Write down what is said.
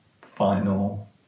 final